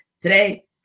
Today